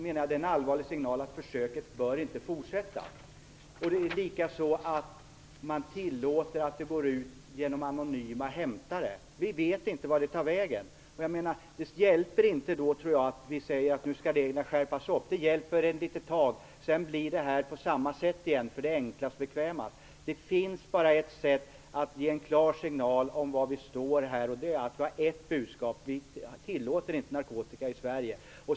Detta är en allvarlig signal om att försöket inte bör fortsätta. Likaså tillåter man utlämning av sprutor till anonyma hämtare. Man vet inte var sprutorna tar vägen. Men det hjälper inte att skärpa reglerna. Det hjälper ett litet tag, men sedan blir förhållandena likadana igen, för det är enklast och bekvämast. Det finns bara ett sätt att ge en klar signal om var vi står, och det är att vi har ett budskap som går ut på att vi inte tillåter narkotika i Sverige.